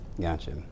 Gotcha